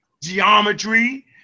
geometry